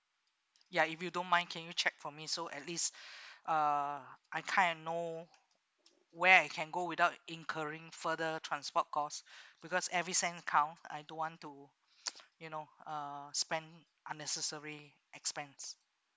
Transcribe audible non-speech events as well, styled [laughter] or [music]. ya if you don't mind can you check for me so at least [breath] uh I kind of know where I can go without incurring further transport cost because every cent count I don't want to [noise] you know uh spend unnecessary expense